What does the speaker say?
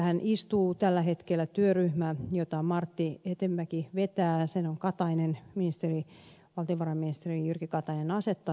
tästähän istuu tällä hetkellä työryhmä jota martti hetemäki vetää ja jonka on valtiovarainministeri katainen asettanut